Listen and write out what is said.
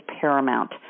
paramount